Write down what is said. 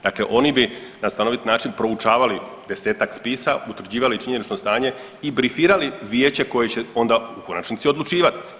Dakle, oni bi na stanovit način proučavali desetak spisa, utvrđivali činjenično stanje i brifirali vijeće koje će onda u konačnici odlučivati.